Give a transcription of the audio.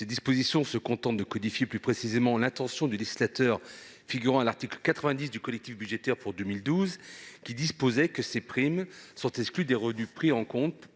Ces dispositions se contentent de codifier plus précisément l'intention du législateur, figurant à l'article 90 du collectif budgétaire pour 2012, lequel prévoyait l'exclusion de ces primes des revenus pris en compte